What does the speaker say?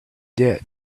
did